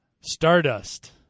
Stardust